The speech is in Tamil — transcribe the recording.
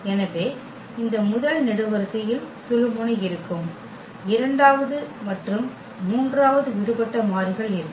எனவே இந்த முதல் நெடுவரிசையில் சுழுமுனை இருக்கும் இரண்டாவது மற்றும் மூன்றாவது விடுபட்ட மாறிகள் இருக்கும்